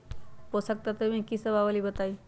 पोषक तत्व म की सब आबलई बताई?